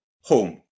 home